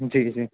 जी जी